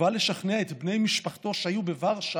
ובא לשכנע את בני משפחתו שהיו בוורשה